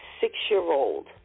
six-year-old